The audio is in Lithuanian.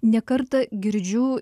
ne kartą girdžiu